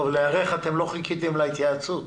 כדי להיערך לא חיכיתם להתייעצות.